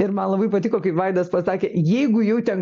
ir man labai patiko kaip vaidas pasakė jeigu jau ten